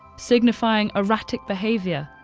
signifying erratic behavior,